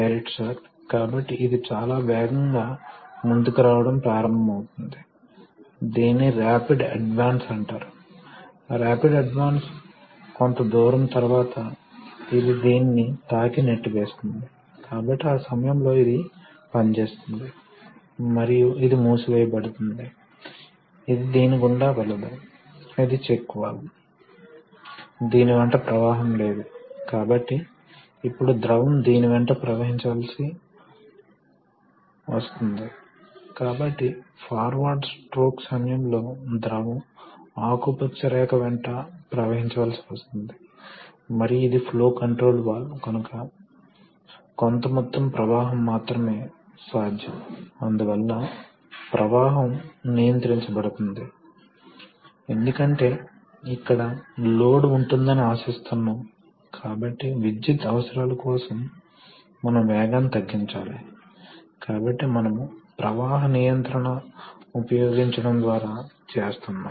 Refer Slide Time 2904 ఇది మూడవ రకమైన పంపు దీనిని వేన్ పంప్ అని పిలుస్తారు ఇక్కడ ఏమి జరుగుతుందంటే ఇది బాహ్య కేసింగ్ అని మీరు చూస్తారు ఇది పోర్టు ద్వారా ద్రవం బయటకు వెళుతుంది మరియు ఇది పోర్టు ద్వారా ద్రవం పీల్చుకుంటుంది ఇవి పోర్ట్ లు కాబట్టి మీరు అర్థం చేసుకోవచ్చు మరియు ఇవి వాన్లు ఇవి స్ప్రింగ్ లోడెడ్ అయిన వేన్ లు వాస్తవానికి ఇది చూపబడలేదు కాబట్టి ఇది వాస్తవానికి కేసింగ్కు వ్యతిరేకంగా నొక్కినప్పుడు ఇక్కడ కేసింగ్కు వ్యతిరేకంగా స్ప్రింగ్ నొక్కినప్పుడు కాబట్టి ఏమి జరుగుతుందంటే మీరు ఇక్కడ చూడవచ్చు ఇక్కడ కదులుతున్న వేన్ ఎల్లప్పుడూ కేసింగ్కు వ్యతిరేకంగా నొక్కడం జరుగుతుంది